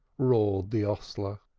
roared the hostler.